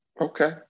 Okay